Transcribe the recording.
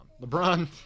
LeBron